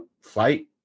fight